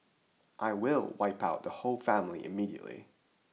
I will wipe out the whole family immediately